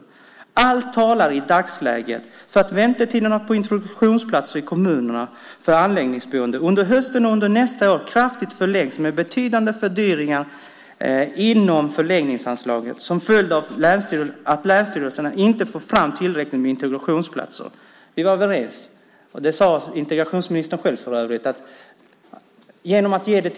Han skriver så här: Allt talar i dagsläget för att väntetiderna på introduktionsplatser i kommunerna för anläggningsboende under hösten och under nästa år kraftigt förlängs med betydande fördyringar inom förläggningsanslaget som följd av att länsstyrelserna inte får fram tillräckligt med introduktionsplatser och för att Migrationsverket medvetet underdimensionerar personalresurserna i bosättningsmedverkan.